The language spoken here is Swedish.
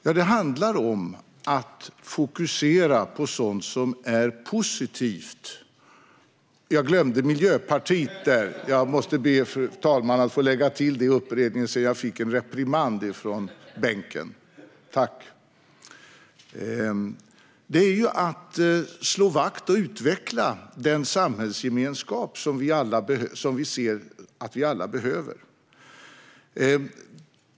Jag fick en reprimand från bänken - jag glömde visst Miljöpartiet. Jag ska be att få lägga till det i uppräkningen, fru talman. Det handlar om att fokusera på sådant som är positivt och att slå vakt om och utveckla den samhällsgemenskap som vi ser att vi alla behöver.